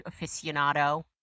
aficionado